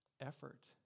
effort